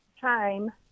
time